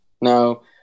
No